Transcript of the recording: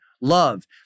love